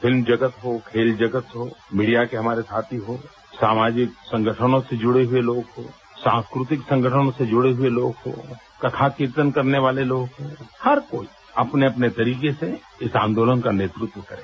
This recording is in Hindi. फिल्म जगत हो खेल जगत हो मीडिया के हमारे साथी हों सामाजिक संगठनों से जुड़े हुए लोग हों सांस्कृतिक संगठनों से जुड़े हुए लोग हों कथा कीर्तन करने वाले लोग हों हर कोई अपने अपने तरीके से इस आंदोलन का नेतृत्व करें